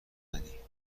ندهی